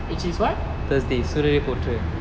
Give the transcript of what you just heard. which is what